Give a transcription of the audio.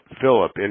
Philip